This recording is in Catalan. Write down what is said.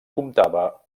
comptava